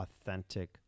authentic